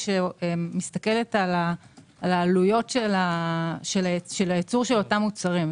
שמסתכלת על העלויות הייצור של אותם מוצרים.